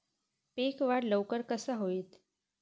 पीक वाढ लवकर कसा होईत?